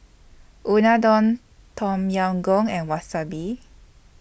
Unadon Tom Yam Goong and Wasabi